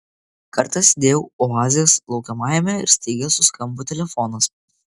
kartą sėdėjau oazės laukiamajame ir staiga suskambo telefonas